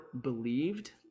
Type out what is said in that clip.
believed